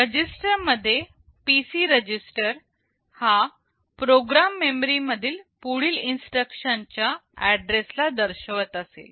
रजिस्टरमध्ये PC register हा program memory मधील पुढील इन्स्ट्रक्शन च्या एड्रेसला दर्शवत असेल